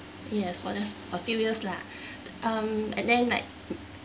he has for just a few years lah um and then like